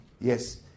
yes